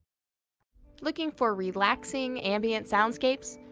looking for relaxing ambient soundscapes?